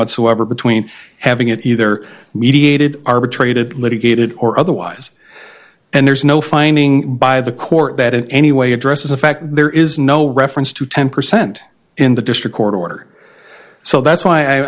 whatsoever between having it either mediated arbitrated litigated or otherwise and there's no finding by the court that in any way addresses the fact there is no reference to ten percent in the district court order so that's